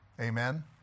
Amen